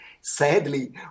sadly